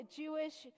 jewish